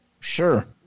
Sure